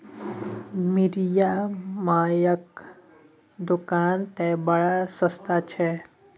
मिरिया मायक दोकान तए बड़ सस्ता छै